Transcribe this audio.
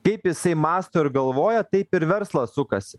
kaip jisai mąsto ir galvoja taip ir verslas sukasi